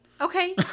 Okay